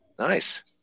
Nice